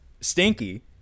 Stinky